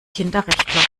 kinderrechtler